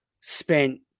spent